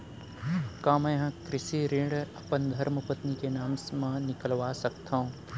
का मैं ह कृषि ऋण अपन धर्मपत्नी के नाम मा निकलवा सकथो?